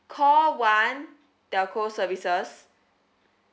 call one telco services